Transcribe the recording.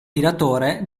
tiratore